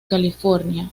california